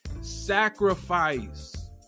sacrifice